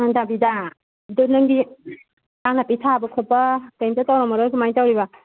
ꯄꯥꯉꯟꯇꯥꯕꯤꯗ ꯑꯗꯣ ꯅꯪꯗꯤ ꯏꯟꯖꯥꯡ ꯅꯥꯄꯤ ꯊꯥꯕ ꯈꯣꯠꯄ ꯀꯩꯝꯇ ꯇꯧꯔꯝꯃꯔꯣꯏ ꯀꯃꯥꯏꯅ ꯇꯧꯔꯤꯕ